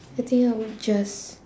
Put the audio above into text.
I think I would just